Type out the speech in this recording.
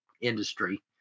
industry